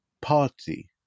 party